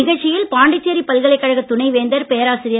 நிகழ்ச்சியில் பாண்டிச்சேரி பல்கலைக்கழக துணைவேந்தர் பேராசிரியர்